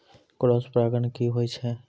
Cross परागण की होय छै?